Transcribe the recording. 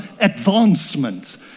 advancement